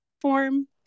form